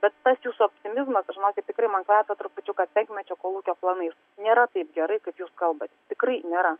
bet tas jūsų optimizmas žinokit tikrai man kvepia trupučiuką penkmečio kolūkio planais nėra taip gerai kaip jūs kalbat tikrai nėra